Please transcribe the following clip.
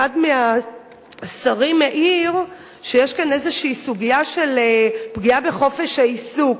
אחד מהשרים העיר שיש כאן איזו סוגיה של פגיעה בחופש העיסוק.